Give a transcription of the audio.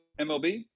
MLB